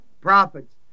Prophets